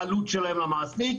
זאת העלות שלהם למעסיק.